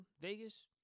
Vegas